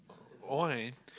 oh right